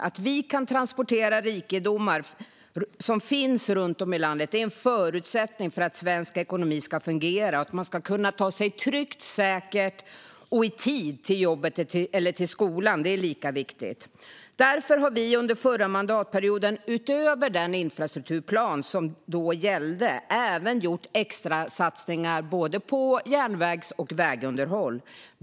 Att vi kan transportera rikedomar som finns runt om i landet är en förutsättning för att svensk ekonomi ska fungera, och att man ska kunna ta sig tryggt, säkert och i tid till jobbet eller till skolan är lika viktigt. Därför gjorde vi under den förra mandatperioden, utöver den infrastrukturplan som då gällde, extrasatsningar på järnvägs och vägunderhåll.